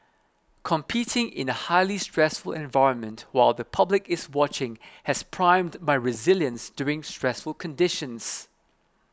competing in a highly stressful environment while the public is watching has primed my resilience during stressful conditions